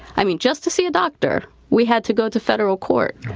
i mean just to see a doctor, we had to go to federal court.